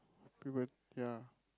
we will ya